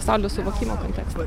pasaulio suvokimo kontekstą